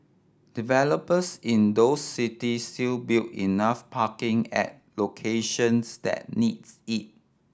developers in those cities still build enough parking at locations that needs it